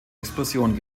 explosion